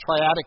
triadic